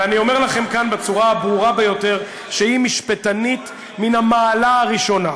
ואני אומר לכם כאן בצורה הברורה ביותר שהיא משפטנית מן המעלה הראשונה.